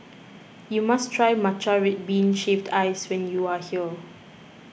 you must try Matcha Red Bean Shaved Ice when you are here